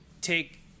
take